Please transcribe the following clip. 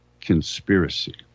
conspiracy